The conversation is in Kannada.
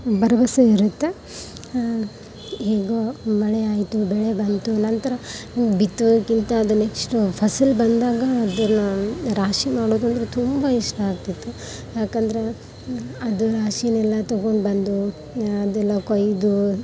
ಭರವಸೆ ಇರುತ್ತೆ ಹೇಗೊ ಮಳೆ ಆಯಿತು ಬೆಳೆ ಬಂತು ನಂತರ ಬಿತ್ತೋಕ್ಕಿಂತ ಅದು ನೆಕ್ಸ್ಟ್ ಫಸಲು ಬಂದಾಗ ಅದನ್ನು ರಾಶಿ ಮಾಡೋದಂದ್ರೆ ತುಂಬ ಇಷ್ಟ ಆಗ್ತಿತ್ತು ಯಾಕಂದರೆ ಅದು ರಾಶಿಯನ್ನೆಲ್ಲಾ ತಗೊಬಂದು ಅದೆಲ್ಲ ಕೊಯ್ದು